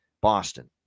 Boston